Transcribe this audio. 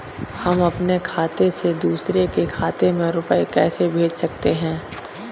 हम अपने खाते से दूसरे के खाते में रुपये कैसे भेज सकते हैं?